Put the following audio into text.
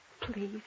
Please